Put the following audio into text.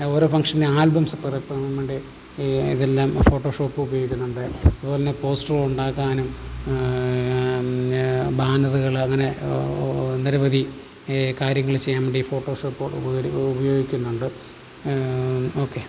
ഓരോ ഫങ്ഷൻ്റെ ആൽബംസ് വേണ്ടി ഈ ഇതെല്ലം ഫോട്ടോഷോപ്പ് ഉപയോഗിക്കുന്നുണ്ട് അതുപോലെത്തന്നെ പോസ്റ്ററുകൾ ഉണ്ടാക്കാനും ബാനറുകളങ്ങനെ നിരവധി കാര്യങ്ങൾ ചെയ്യാൻ വേണ്ടി ഫോട്ടോഷോപ്പുകൾ ഉപയോഗിക്കുന്നുണ്ട് ഓക്കെ